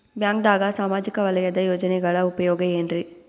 ಬ್ಯಾಂಕ್ದಾಗ ಸಾಮಾಜಿಕ ವಲಯದ ಯೋಜನೆಗಳ ಉಪಯೋಗ ಏನ್ರೀ?